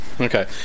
Okay